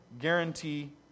guarantee